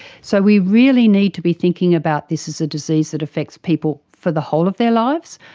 so we really need to be thinking about this as a disease that affects people for the whole of their lives,